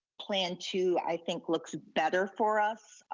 plan two, i think, looks better for us,